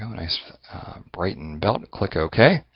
um nice brighten belt and, click ok,